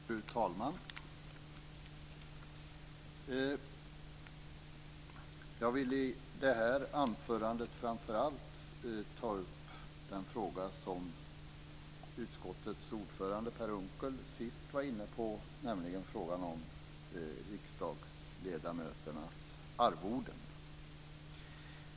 Fru talman! Jag vill i det här anförandet framför allt ta upp den fråga som utskottets ordförande Per Unckel var inne på sist, nämligen frågan om riksdagsledamöternas arvoden.